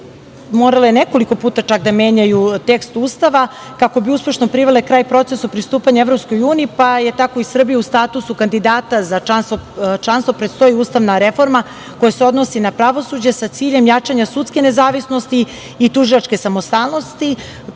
morale nekoliko puta čak da menjaju tekst Ustava, kako bi uspešno privele kraj procesa pristupanja EU, pa je tako i Srbija u statusu kandidata za članstvo i predstoji Ustavna reforma, koja se odnosi na pravosuđe sa ciljem jačanja sudske nezavisnosti, i tužilačke samostalnosti,